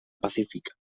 pacífica